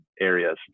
areas